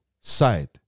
side